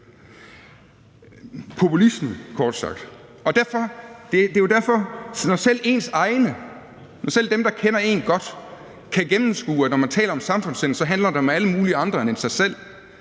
Populisme, kort sagt. Når selv ens egne, og når selv dem, der kender en godt, kan gennemskue, at når man taler om samfundssind, handler det om alle mulige andre end en selv,